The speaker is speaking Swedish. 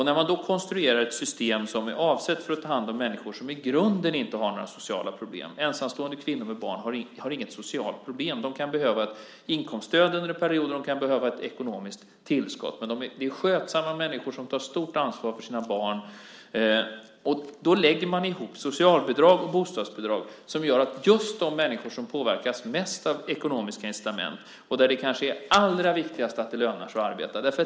När man då konstruerar ett system som är avsett för att ta hand om människor som i grunden inte har några sociala problem - ensamstående kvinnor med barn har inte sociala problem, de kan behöva inkomststöd under en period och de kan behöva ett ekonomiskt tillskott, men det är skötsamma människor som tar stort ansvar för sina barn - lägger man ihop socialbidrag och bostadsbidrag. Det gör man för just de människor som påverkas mest av ekonomiska incitament och där det kanske är allra viktigast att det lönar sig att arbeta.